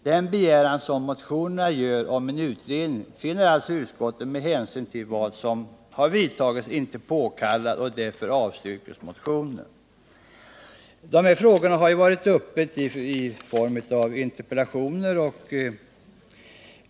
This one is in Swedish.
Den begäran som motionärerna gör om en utredning finner utskottet — med hänsyn till de åtgärder som vidtagits — inte påkallad, och därför avstyrks motionen. De här sakerna har aktualiserats i frågor här i riksdagen.